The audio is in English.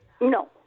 No